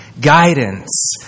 guidance